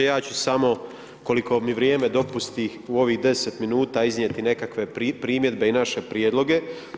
Ja ću samo koliko mi vrijeme dopusti u ovih 10 minuta iznijeti nekakve primjedbe i naše prijedloge.